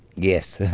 yes.